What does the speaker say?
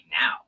now